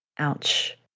Ouch